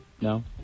No